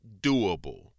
doable